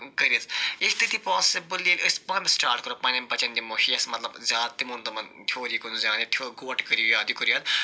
کٔرِتھ یہِ چھُ تٔتی پاسِبُل ییٚلہِ أسۍ پانہٕ سِٹاٹ کَرو پنٛنٮ۪ن بچن دِمو ہٮ۪س مطلب زیادٕ تھیوری کُن زان یا گوٹہٕ کٔرِو یاد یہِ کٔرِو یاد